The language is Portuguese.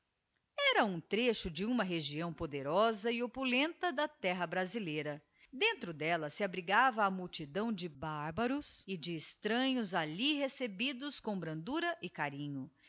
era um trecho de uma região poderosa e opulenta da terra brasileira dentro d'ella se abrigava a multidão de bárbaros e de extranhos alli recebidos com brandura e carinho